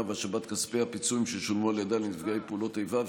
והשבת כספי הפיצויים ששולמו על ידה לנפגעי פעולות איבה,